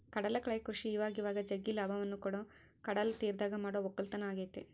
ಕಡಲಕಳೆ ಕೃಷಿ ಇವಇವಾಗ ಜಗ್ಗಿ ಲಾಭವನ್ನ ಕೊಡೊ ಕಡಲತೀರದಗ ಮಾಡೊ ವಕ್ಕಲತನ ಆಗೆತೆ